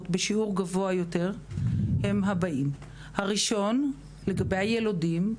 בשיעור גבוה יותר הם הבאים: לגבי הילודים,